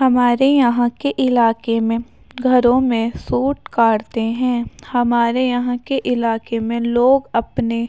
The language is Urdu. ہمارے یہاں کے علاقے میں گھروں میں سوٹ کاڑتے ہیں ہمارے یہاں کے علاقے میں لوگ اپنے